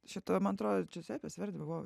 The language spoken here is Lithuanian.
šita man atrodo džiuzepės verdi va